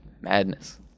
madness